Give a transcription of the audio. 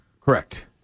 correct